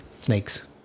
Snakes